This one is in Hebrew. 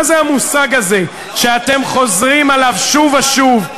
מה זה המושג הזה שאתם חוזרים עליו שוב ושוב?